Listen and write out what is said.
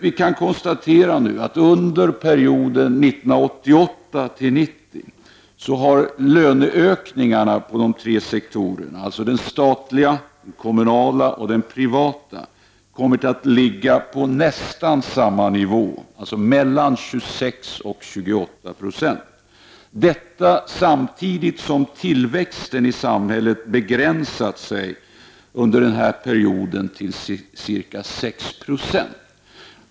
Vi kan nu konstatera att under perioden 1988-1990 har löneökningarna på den statliga, kommunala och privata sektorn kommit att ligga på nästan samma nivå, mellan 26 och 28 926. Samtidigt har tillväxten i samhället begränsat sig till 6 96 under denna period.